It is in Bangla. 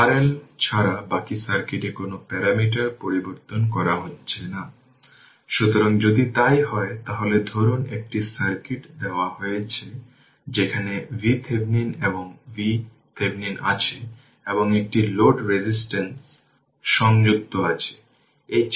উল্লেখ করার চেষ্টা না করলে আমরা ধরে নেব যে এটি ইনিশিয়াল ভ্যালু 0 কিন্তু যেকোনো কিছুর জন্য t 0 এটি 60 V